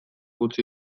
utzi